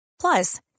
Plus